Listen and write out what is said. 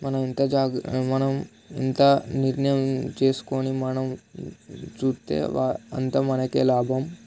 మనం ఎంత మనం ఎంత నిర్ణయం చేసుకొని మనం చూస్తే అంత మనకే లాభం